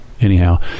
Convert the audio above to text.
anyhow